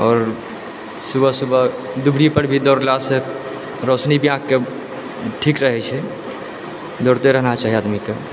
आओर सुबह सुबह दुभीपर भी दौड़लासँ रौशनी भी आँखिके ठीक रहै छै दौड़ते रहना चाही आदमीके